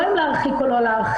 לא אם להרחיק או לא להרחיק,